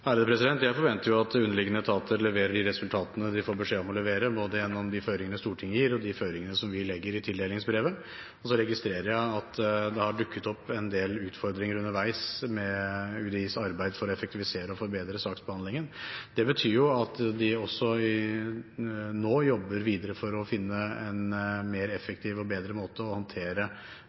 Jeg forventer at underliggende etater leverer de resultatene de får beskjed om å levere, både gjennom de føringene Stortinget gir, og gjennom de føringene som vi legger i tildelingsbrevet. Så registrerer jeg at det har dukket opp en del utfordringer underveis med hensyn til UDIs arbeid for å effektivisere og forbedre saksbehandlingen. Det betyr at de også nå jobber videre for å finne en mer effektiv og bedre måte å håndtere